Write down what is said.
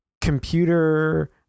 computer